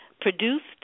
produced